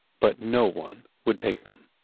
but no one would take them